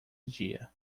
dia